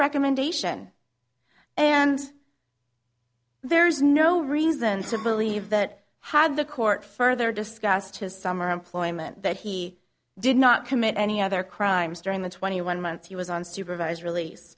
recommendation and there is no reason to believe that how the court further discussed his summer employment that he did not commit any other crimes during the twenty one months he was on supervised rel